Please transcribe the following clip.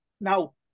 Now